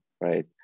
right